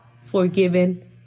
forgiven